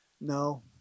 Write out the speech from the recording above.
no